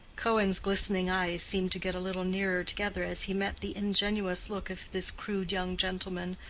cohen's glistening eyes seemed to get a little nearer together as he met the ingenuous look of this crude young gentleman,